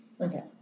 Okay